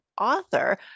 author